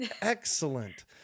Excellent